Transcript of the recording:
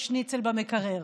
יש שניצל במקרר.